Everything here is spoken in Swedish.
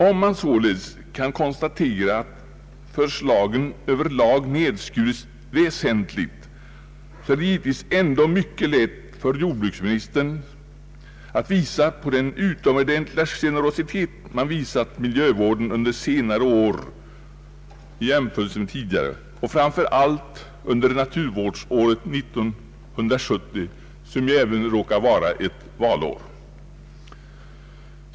Om man således kan konstatera att förslagen över lag nedskurits väsentligt, är det givetvis ändå mycket lätt för jordbruksministern att peka på den utomordentliga generositet man visat miljövården under senare år i jämförelse med tidigare och framför allt under naturvårdsåret 1970, som ju även råkar vara ett valår.